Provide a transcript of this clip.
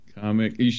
Comic